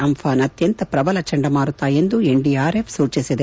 ಅಂಘಾನ್ ಅತ್ಯಂತ ಪ್ರಬಲ ಚಂಡಮಾರುತ ಎಂದು ಎನ್ಡಿಆರ್ಎಫ್ ಸೂಚಿಸಿದೆ